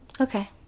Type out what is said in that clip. Okay